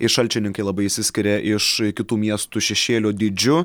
ir šalčininkai labai išsiskiria iš kitų miestų šešėlio dydžiu